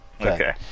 Okay